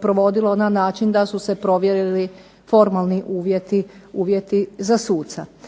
provodilo na način da su se provjerili formalni uvjeti, uvjeti